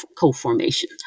co-formation